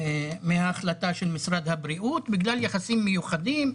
מהחלטת משרד הבריאות בגלל יחסים מיוחדים,